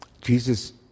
Jesus